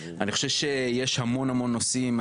אני חושב שיש המון, המון נושאים.